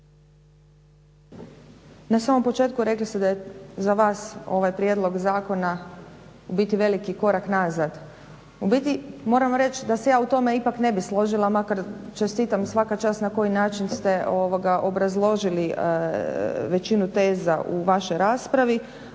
Na samom početku rekli ste da je za vas ovaj prijedlog zakona u biti veliki korak nazad. U biti moram reći da se ja u tome ipak ne bih složila, makar čestitam, svaka čast na koji način ste obrazložili većinu teza u vašoj raspravi.